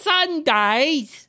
Sundays